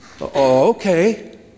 Okay